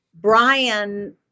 Brian